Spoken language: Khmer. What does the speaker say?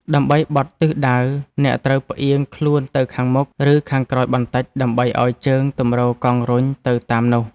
ដើម្បីបត់ទិសដៅ អ្នកត្រូវផ្អៀងខ្លួនទៅខាងមុខ ឬខាងក្រោយបន្តិច ដើម្បីឱ្យជើងទម្រកង់រុញទៅតាមនោះ។